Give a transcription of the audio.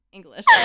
English